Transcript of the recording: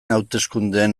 hauteskundeen